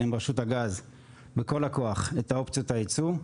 עם רשות הגז בכל הכוח את אופציות הייצוא,